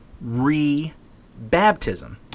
re-baptism